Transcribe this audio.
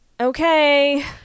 Okay